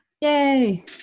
Yay